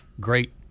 Great